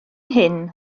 hyn